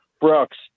Brooks